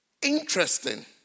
interesting